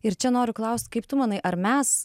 ir čia noriu klaust kaip tu manai ar mes